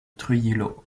trujillo